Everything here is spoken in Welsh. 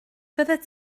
fyddet